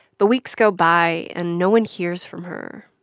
but weeks go by, and no one hears from her.